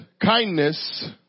kindness